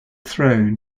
throne